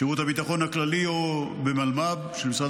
בשירות הביטחון הכללי או במלמ"ב של משרד